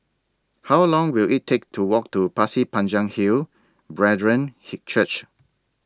How Long Will IT Take to Walk to Pasir Panjang Hill Brethren Hey Church